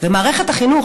ומערכת החינוך,